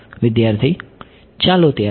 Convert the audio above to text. વિદ્યાર્થી ચાલો ત્યારે